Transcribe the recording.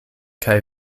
kaj